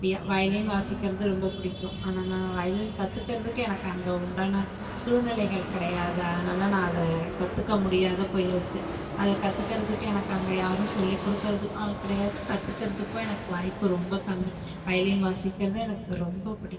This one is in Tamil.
வியா வயலின் வாசிக்கிறது ரொம்ப பிடிக்கும் ஆனால் நான் வயலின் கற்றுக்கறதுக்கு எனக்கு அங்கே உண்டான சூழ்நிலைகள் கிடையாது அதனால் நான் அதை கற்றுக்க முடியாத போயிருச்சு அதை கற்றுக்கறதுக்கு எனக்கு அங்கே யாரும் சொல்லிக் கொடுக்கறதுக்கும் ஆள் கிடையாது கற்றுக்கறதுக்கும் எனக்கு வாய்ப்பு ரொம்ப கம்மி வயலின் வாசிக்கிறது எனக்கு ரொம்ப பிடிக்கும்